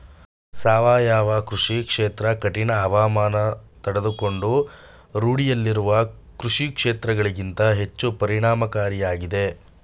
ಸಾವಯವ ಕೃಷಿ ಕ್ಷೇತ್ರ ಕಠಿಣ ಹವಾಮಾನ ತಡೆದುಕೊಂಡು ರೂಢಿಯಲ್ಲಿರುವ ಕೃಷಿಕ್ಷೇತ್ರಗಳಿಗಿಂತ ಹೆಚ್ಚು ಪರಿಣಾಮಕಾರಿಯಾಗಿದೆ